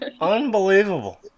Unbelievable